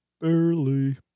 Barely